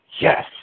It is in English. yes